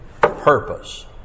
purpose